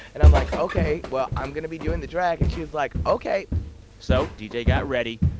and i'm like, ok, well, i'm going to be doing the drag. and she was like, ok so d j. got ready.